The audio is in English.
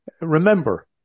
remember